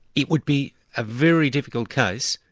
it would be a very difficult case,